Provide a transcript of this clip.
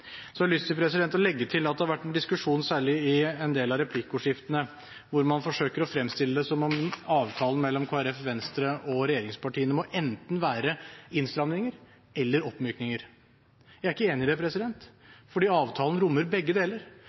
Så har jeg lyst til å legge til at det har vært en diskusjon, særlig i en del av replikkordskiftene, hvor man forsøker å fremstille det som om avtalen mellom Kristelig Folkeparti, Venstre og regjeringspartiene enten må være innstramninger eller oppmykninger. Jeg er ikke enig i det, for avtalen rommer begge deler.